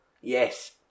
yes